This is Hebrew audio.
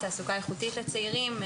תעסוקה איכותית לצעירים,